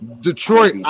Detroit